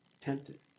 tempted